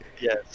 Yes